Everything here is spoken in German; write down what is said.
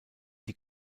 die